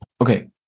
Okay